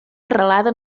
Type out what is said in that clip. arrelada